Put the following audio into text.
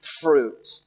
fruit